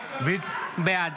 בעד